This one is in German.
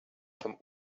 vom